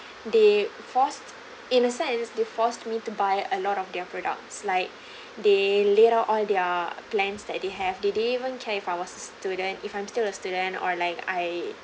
they forced in a sense they forced me to buy a lot of their products like they laid out all their plans that they have they didn't even care if I was student if I'm still a student or like I